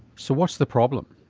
so what's the problem?